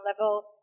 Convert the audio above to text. level